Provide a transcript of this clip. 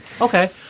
Okay